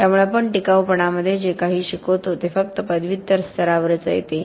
त्यामुळे आपण टिकाऊपणामध्ये जे काही शिकवतो ते फक्त पदव्युत्तर स्तरावरच येते